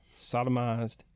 sodomized